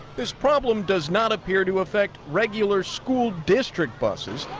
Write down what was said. this problem does not appear to affect regular school district buses,